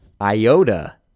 iota